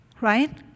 right